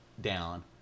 down